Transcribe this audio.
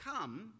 come